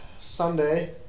Sunday